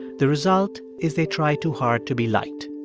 the result is they try too hard to be liked.